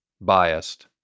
biased